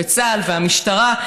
וצה"ל והמשטרה.